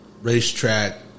racetrack